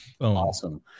awesome